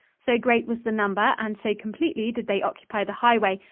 so great was the number and so completely did they occupy the highway,